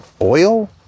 oil